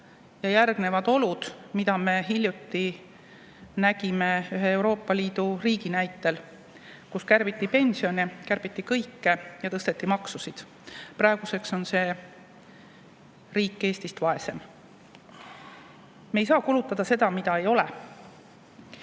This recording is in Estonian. järgnevad olud, mida me hiljuti nägime ühes Euroopa Liidu riigis, kus kärbiti pensione, kärbiti kõike muud ja tõsteti maksusid. Praeguseks on see riik Eestist vaesem. Me ei saa kulutada seda, mida ei ole.